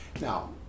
Now